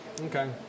Okay